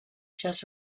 just